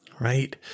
right